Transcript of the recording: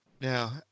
Now